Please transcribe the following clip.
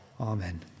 Amen